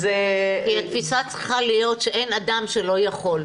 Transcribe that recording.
כי התפיסה צריכה להיות שאין אדם שלא יכול,